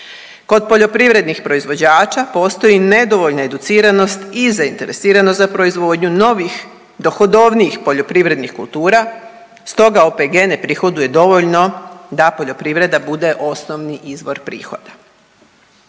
Kod poljoprivrednih proizvođača postoji nedovoljna educiranost i zainteresiranost za proizvodnju novih dohodovnijih poljoprivrednih kultura stoga OPG ne prihoduje dovoljno da poljoprivreda bude osnovni izvor prihoda.